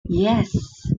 yes